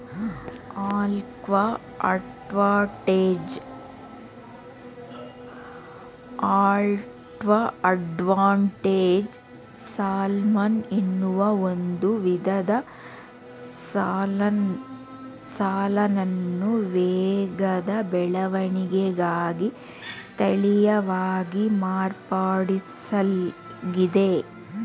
aqua advantage salmon ಎನ್ನುವ ಒಂದು ವಿಧದ ಸಾಲ್ಮನನ್ನು ವೇಗದ ಬೆಳವಣಿಗೆಗಾಗಿ ತಳೀಯವಾಗಿ ಮಾರ್ಪಡಿಸ್ಲಾಗಿದೆ